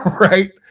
Right